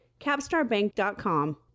capstarbank.com